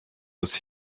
was